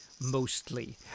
Mostly